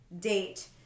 date